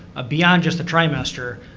beyond just the trimester,